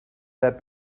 that